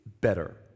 better